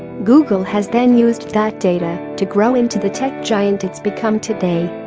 google has then used that data to grow into the tech giant it's become today.